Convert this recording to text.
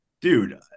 Dude